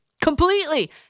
completely